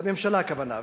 לממשלה הכוונה.